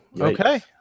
okay